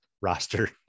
roster